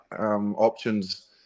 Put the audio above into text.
options